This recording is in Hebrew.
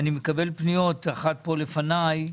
אני מקבל פניות, אחת פה לפניי,